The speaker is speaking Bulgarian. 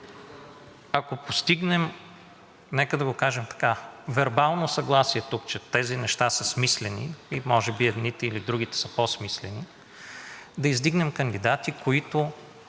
ако постигнем, нека да го кажем така: вербално съгласие, че тези неща са смислени, може би едните или другите са по-смислени, да издигнем кандидати, които